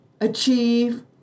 achieve